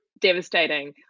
devastating